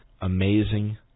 amazing